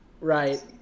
Right